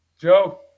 Joe